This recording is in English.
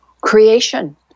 creation